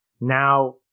now